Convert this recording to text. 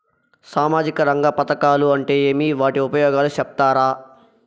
సామాజిక రంగ పథకాలు అంటే ఏమి? వాటి ఉపయోగాలు సెప్తారా?